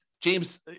James